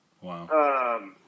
Wow